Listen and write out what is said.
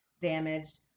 damaged